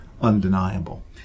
undeniable